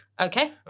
Okay